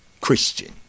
Christian